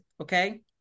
Okay